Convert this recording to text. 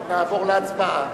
נעבור להצבעה.